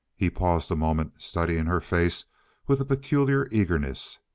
he paused a moment, studying her face with a peculiar eagerness.